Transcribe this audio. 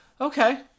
Okay